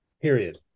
Period